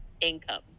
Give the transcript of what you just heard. income